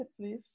please